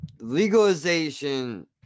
Legalization